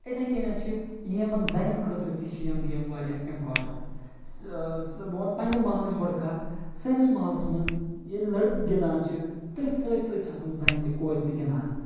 اِتھَے کٔنٮ۪تھ چھِ یہِ یِمَن زَنٮ۪ن خٲطرٕ تہِ چھِ یِم گیمہٕ واریاہ اِمپاٹَنٛٹ بہٕ وَنہٕ پنٛنہِ محلٕچ گۄڈٕ کَتھ سٲنِس محلَس منٛز ییٚلہِ لٔڑکہٕ گِنٛدان چھِ تٔتھۍ سۭتۍ سۭتۍ چھِ آسان زَنہِ تہِ کورِ تہِ گِنٛدان